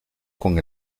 con